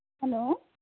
hello